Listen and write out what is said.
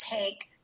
take